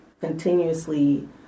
continuously